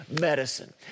medicine